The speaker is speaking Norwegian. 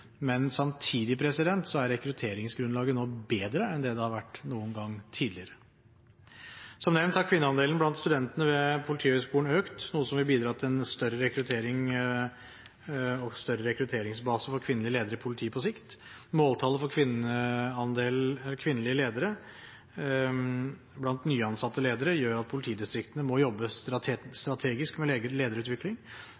men samtidig er rekrutteringsgrunnlaget nå bedre enn det det har vært noen gang tidligere. Som nevnt har kvinneandelen blant studentene ved Politihøgskolen økt, noe som vil bidra til en større rekrutteringsbase for kvinnelige ledere i politiet på sikt. Måltallet for kvinnelige ledere blant nyansatte ledere gjør at politidistriktene må jobbe